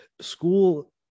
school